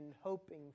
hoping